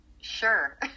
Sure